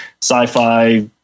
sci-fi